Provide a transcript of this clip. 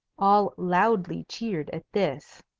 all loudly cheered at this.